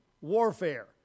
warfare